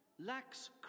lacks